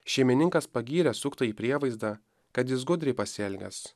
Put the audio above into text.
šeimininkas pagyrė suktąjį prievaizdą kad jis gudriai pasielgęs